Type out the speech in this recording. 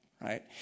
right